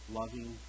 loving